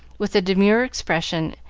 with a demure expression,